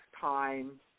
time